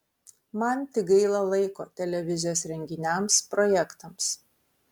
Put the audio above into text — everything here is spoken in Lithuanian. man tik gaila laiko televizijos renginiams projektams